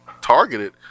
targeted